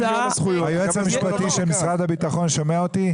היועץ המשפטי של משרד הביטחון שומע אותי?